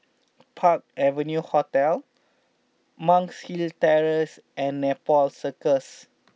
Park Avenue Hotel Monk's Hill Terrace and Nepal Circus